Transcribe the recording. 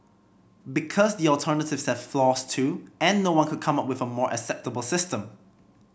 because the alternatives have flaws too and no one could come up with a more acceptable system